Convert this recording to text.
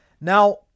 Now